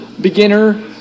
beginner